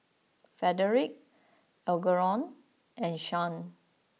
Fredrick Algernon and Shan